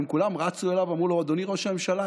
והם כולם רצו אליו ואמרו לו: אדוני ראש הממשלה,